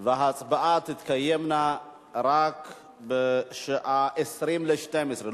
וההצבעה תתקיים רק בשעה 23:40,